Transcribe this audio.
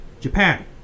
Japan